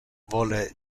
vole